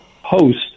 host